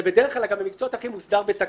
זה בדרך כלל, אגב, במקצועות אחרים מוסדר בתקנות.